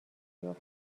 بیفتد